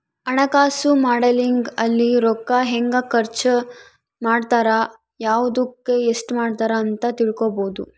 ಹಣಕಾಸು ಮಾಡೆಲಿಂಗ್ ಅಲ್ಲಿ ರೂಕ್ಕ ಹೆಂಗ ಖರ್ಚ ಮಾಡ್ತಾರ ಯವ್ದುಕ್ ಎಸ್ಟ ಮಾಡ್ತಾರ ಅಂತ ತಿಳ್ಕೊಬೊದು